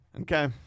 Okay